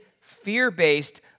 fear-based